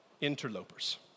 interlopers